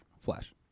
Flash